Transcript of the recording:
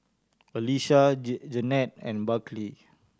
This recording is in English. Elisha Jeannette and Berkley